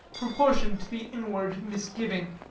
proportioned to the inward misgiving.